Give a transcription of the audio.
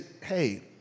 hey